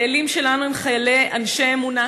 החיילים שלנו הם חיילים אנשי אמונה,